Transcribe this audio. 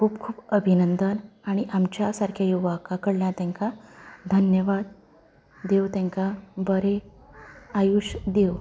खूब खूब अभिनंदन आनी आमच्या सारके युवाका कडल्यान तेंकां धन्यवाद देव तेंकां बरें आयुश्य दीवं